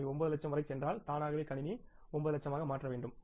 அவை 9 லட்சம் வரை சென்றால் தானாகவே கணினி 9 லட்சமாக மாற்ற வேண்டும்